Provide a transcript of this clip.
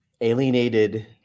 alienated